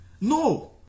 No